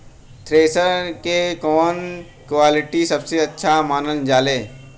Thresher के कवन quality सबसे अच्छा मानल जाले?